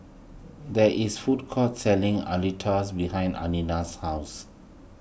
there is food court selling Alitas behind Anaya's house